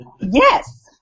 Yes